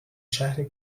شهر